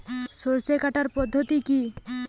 সরষে কাটার পদ্ধতি কি?